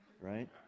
right